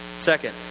Second